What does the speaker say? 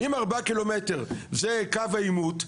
אם ארבעה קילומטרים זה קו העימות,